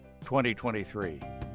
2023